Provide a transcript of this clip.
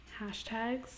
Hashtags